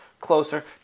closer